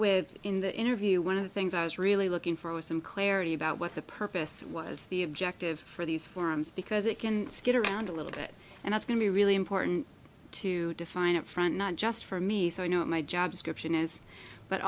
with in the interview one of the things i was really looking for was some clarity about what the purpose was the objective for these forums because it can get around a little bit and it's going to be really important to define it front not just for me so i know what my job description is but